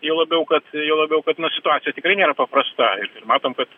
juo labiau kad juo labiau kad na situacija tikrai nėra paprasta ir matom kad